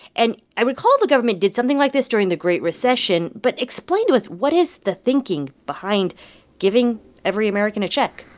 and i recall the government did something like this during the great recession. but explain to us, what is the thinking behind giving every american a check?